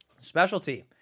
Specialty